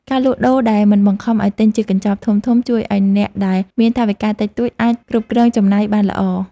ការលក់ដូរដែលមិនបង្ខំឱ្យទិញជាកញ្ចប់ធំៗជួយឱ្យអ្នកដែលមានថវិកាតិចតួចអាចគ្រប់គ្រងការចំណាយបានល្អ។